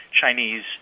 Chinese